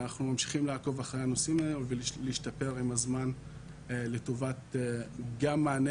ואנחנו ממשיכים לעקוב אחרי הנושאים האלו ולהשתפר עם הזמן לטובת גם מענה